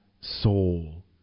soul